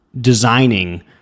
designing